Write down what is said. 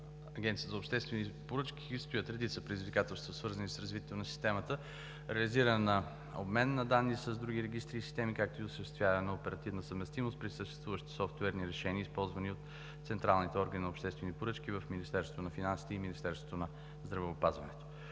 Агенцията по обществени поръчки стоят редица предизвикателства, свързани с развитието на Системата, реализиране на обмен на данни с други регистри и системи, както и осъществяване на оперативна съвместимост при съществуващи софтуерни решения, използвани от централните органи за обществени поръчки в Министерството на финансите и Министерството на здравеопазването.